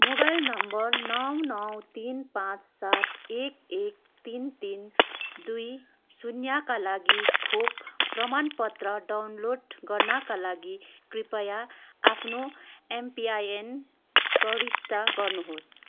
mobile number नौ नौ तिन पाँच सात एक एक तिन तिन दुई शून्य का लागि खोप प्रमाणपत्र डाउनलोड गर्नाका लागि कृपया आफ्नो एमपिआइएन प्रविष्ट गर्नुहोस्